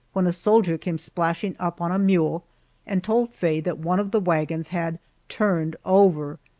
when a soldier came splashing up on a mule and told faye that one of the wagons had turned over!